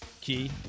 Key